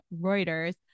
Reuters